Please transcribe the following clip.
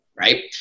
right